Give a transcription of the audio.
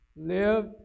live